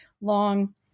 long